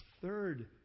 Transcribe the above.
third